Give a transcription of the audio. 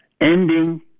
Ending